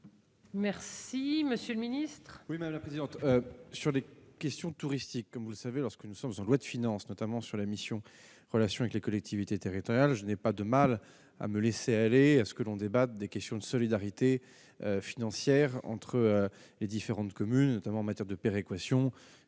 Merci, Monsieur le Ministre.